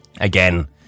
again